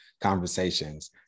conversations